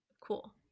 Cool